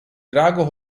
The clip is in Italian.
drago